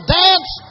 dance